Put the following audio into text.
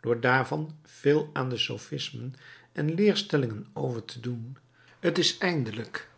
door daarvan veel aan de sofismen en leerstellingen over te doen t is eindelijk